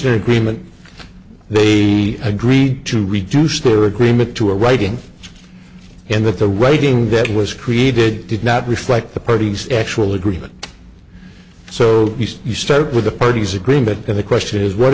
an agreement the agreed to reduce the agreement to a writing and that the writing that was created did not reflect the party's actual agreement so you start with the party's agreement and the question is what